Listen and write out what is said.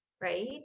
right